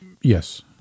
Yes